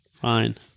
Fine